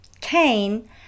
Cain